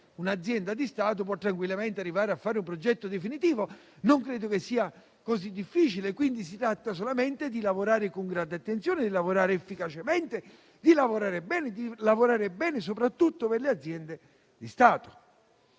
Un'azienda di Stato può tranquillamente arrivare a fare un progetto definitivo, non credo sia così difficile; quindi si tratta solamente di lavorare con grande attenzione, bene ed efficacemente. Noi siamo convinti che le aziende di Stato